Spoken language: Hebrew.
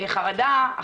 חרדה,